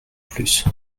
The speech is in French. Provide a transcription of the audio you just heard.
plus